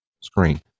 screen